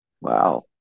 Wow